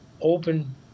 open